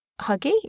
Huggy